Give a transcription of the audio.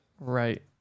Right